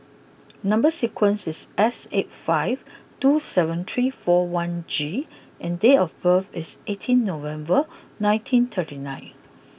number sequence is S eight five two seven three four one G and date of birth is eighteen November nineteen thirty nine